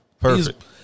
Perfect